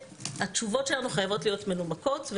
והתשובות שלנו חייבות להיות מנומקות.